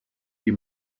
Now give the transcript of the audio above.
die